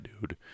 dude